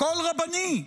קול רבני,